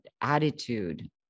attitude